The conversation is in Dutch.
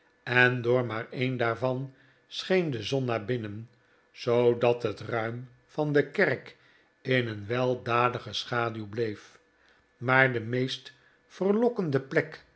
en door maar een daarvan scheen de zon naar binnen zoodat het ruim van de kerk in een weldadige schaduw bleef maar de meest verlokkende plek